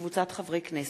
וקבוצת חברי הכנסת.